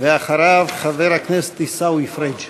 ואחריו, חבר הכנסת עיסאווי פריג'.